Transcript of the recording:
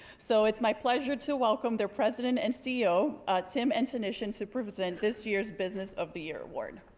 so it's my pleasure to welcome their president and ceo tim antonition to present this year's business of the year award.